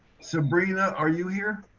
sabrina. are you here.